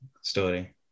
story